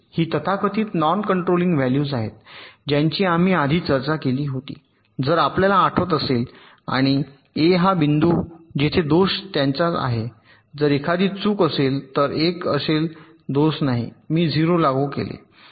ही तथाकथित non controlling values आहेत ज्यांची आम्ही आधी चर्चा केली होती जर आपल्याला आठवत असेल आणि आणि ए हा बिंदू आहे जेथे दोष त्यांच्याचा आहे जर एखादी चूक असेल तर 1 असेल दोष नाही मी 0 लागू केले आहे